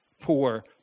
poor